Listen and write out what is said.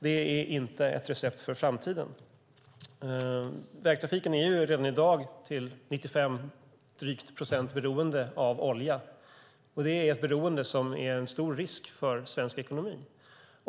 Det är inte ett recept för framtiden. Vägtrafiken är redan i dag till drygt 95 procent beroende av olja. Det är ett beroende som är en stor risk för svensk ekonomi.